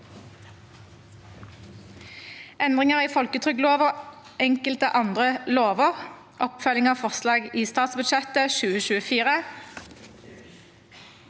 Endringar i folketrygdlova og enkelte andre lover (oppfølging av forslag i statsbudsjettet 2024)